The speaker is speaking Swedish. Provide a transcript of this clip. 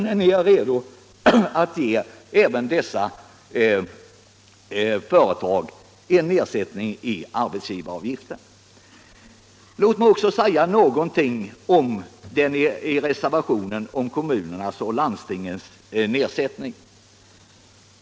Nu är ni redo att ge sådana här stora företag en nedsättning i arbetsgivaravgiften. Låt mig också säga några ord om reservationen vid utskottsbetänkandet, vilken gäller nedsättning av arbetsgivaravgiften för kommunerna och landstingen.